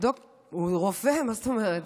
הוא רופא, מה זאת אומרת?